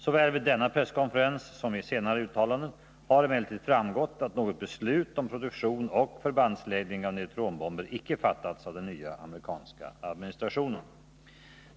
Såväl vid denna presskonferens som av senare uttalanden har emellertid framgått att något beslut om produktion och förbandsläggning av neutronbomber icke fattats av den nya amerikanska administrationen.